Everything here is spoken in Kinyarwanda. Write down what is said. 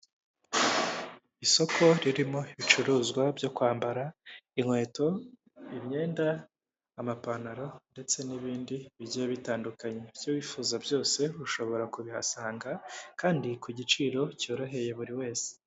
Isoko ririmo ibicuruzwa byo kwambara inkweto, imyenda, amapantaro ndetse n'ibindi bigiye bitandukanye. Ibyo wifuza byose ushobora kubihasanga kandi ku giciro cyoroheye buri wese.